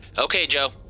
okay, joe.